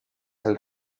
del